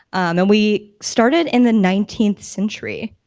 and we started in the nineteenth century.